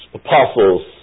apostles